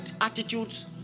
attitudes